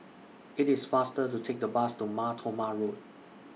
IT IS faster to Take The Bus to Mar Thoma Road